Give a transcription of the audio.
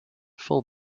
full